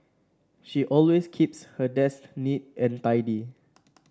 she always keeps her desk neat and tidy